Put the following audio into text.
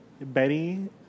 Betty